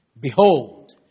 Behold